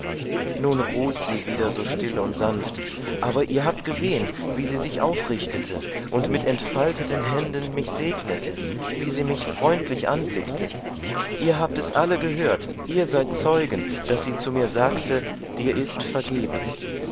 nun ruht sie wieder so still und sanft aber ihr habt gesehen wie sie sich aufrichtete und mit entfalteten händen mich segnete wie sie mich freundlich anblickte ihr habt es alle gehört ihr seid zeugen daß sie zu mir sagte dir ist vergeben